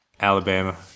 Alabama